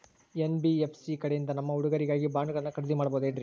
NBFC ಕಡೆಯಿಂದ ನಮ್ಮ ಹುಡುಗರಿಗಾಗಿ ಬಾಂಡುಗಳನ್ನ ಖರೇದಿ ಮಾಡಬಹುದೇನ್ರಿ?